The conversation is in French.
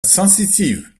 sensitive